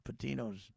Patino's